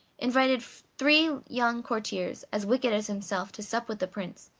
invited three young courtiers, as wicked as himself to sup with the prince,